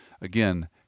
Again